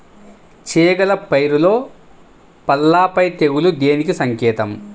చేగల పైరులో పల్లాపై తెగులు దేనికి సంకేతం?